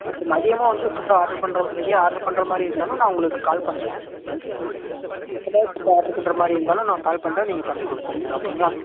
எனக்கு மதியமும் வந்து வந்து ஃபுட் ஆடர் பண்ணுற இங்கேயே ஆடர் பண்ணுற மாதிரி இருந்தாலும் நான் உங்களுக்கு கால் பண்ணுறேன் வேறு ஏதாவது ஃபுட்டு ஆடர் பண்ணுற மாதிரி இருந்தாலும் நான் கால் பண்ணுறேன் நீங்கள் பண்ணி கொடுத்துருங்க ஓகேங்களா